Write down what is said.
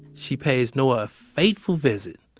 she pays noah a fateful visit.